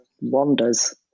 wanders